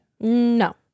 no